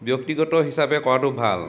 ব্যক্তিগত হিচাপে কৰাটো ভাল